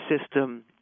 system